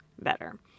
Better